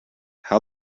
how